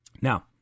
Now